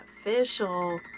official